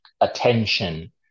attention